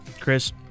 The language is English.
Chris